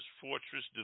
fortress